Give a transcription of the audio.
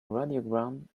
radiogram